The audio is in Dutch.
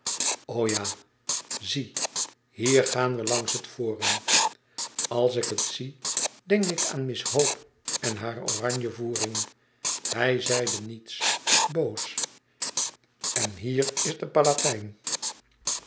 ja zie hier gaan we langs het forum als ik het zie denk ik aan miss hope en haar oranje voering hij zeide niets boos en hier is de palatijn